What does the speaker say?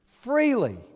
Freely